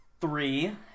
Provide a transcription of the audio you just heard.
three